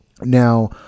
Now